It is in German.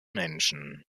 menschen